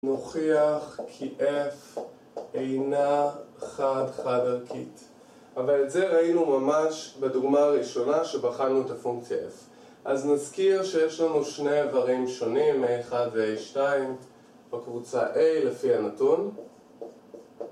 נוכיח כי f אינה חד-חד-ערכית אבל את זה ראינו ממש בדוגמה הראשונה שבחנו את הפונקציה f אז נזכיר שיש לנו שני איברים שונים a1 ו a2 בקבוצה a לפי הנתון